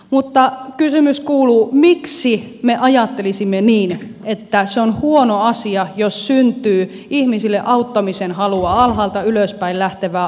mutta kysymys kuuluu miksi me ajattelisimme niin että se on huono asia jos syntyy ihmisille auttamisen halua alhaalta ylöspäin lähtevää auttamisen halua